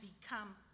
become